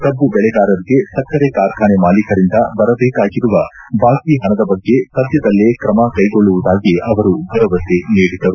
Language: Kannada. ಕಬ್ಬು ಬೆಳೆಗಾರರಿಗೆ ಸಕ್ಕರೆ ಕಾರ್ಖಾನೆ ಮಾಲೀಕರಿಂದ ಬರಬೇಕಾಗಿರುವ ಬಾಕಿ ಹಣದ ಬಗ್ಗೆ ಸದ್ದದಲ್ಲೇ ಕ್ರಮ ಕೈಗೊಳ್ಳುವುದಾಗಿ ಅವರು ಭರವಸೆ ನೀಡಿದರು